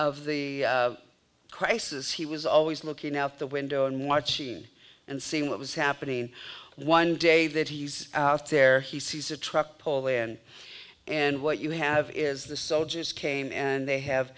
of the crisis he was always looking out the window and watching and seeing what was happening one day that he's out there he sees a truck pull in and what you have is the soldiers came and they have